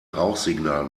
rauchsignal